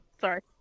Sorry